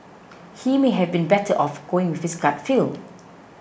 he may have been better off going with his gut feel